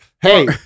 hey